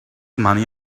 money